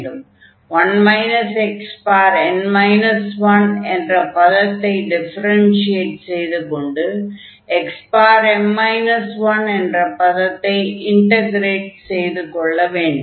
1 xn 1 என்ற பதத்தை differentiate செய்துகொண்டு xm 1 என்ற பதத்தை இன்டக்ரேட் செய்து கொள்ள வேண்டும்